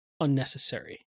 unnecessary